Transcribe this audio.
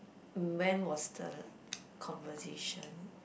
when was the conversation